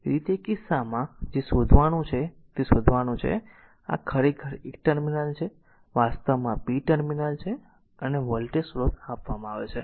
તેથી તે કિસ્સામાં જે શોધવાનું છે તે શોધવાનું છે આ ખરેખર એક ટર્મિનલ છે આ વાસ્તવમાં b ટર્મિનલ છે અને વોલ્ટેજ સ્રોત આપવામાં આવે છે